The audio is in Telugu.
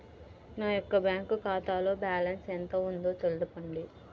నా యొక్క బ్యాంక్ ఖాతాలో బ్యాలెన్స్ ఎంత ఉందో తెలపండి?